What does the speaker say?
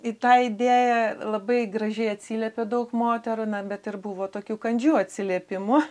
į tą idėją labai gražiai atsiliepė daug moterų na bet ir buvo tokių kandžių atsiliepimų